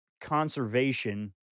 conservation